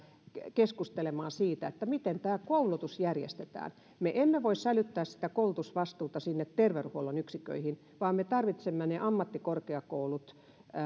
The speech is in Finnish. keskustelemaan siitä miten tämä koulutus järjestetään me emme voi sälyttää sitä koulutusvastuuta sinne terveydenhuollon yksiköihin vaan me tarvitsemme ne ammattikorkeakoulut